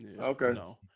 Okay